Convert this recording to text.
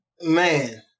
Man